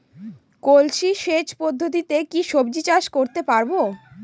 কলসি সেচ পদ্ধতিতে কি সবজি চাষ করতে পারব?